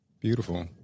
beautiful